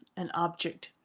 an object.